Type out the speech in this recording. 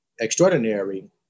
extraordinary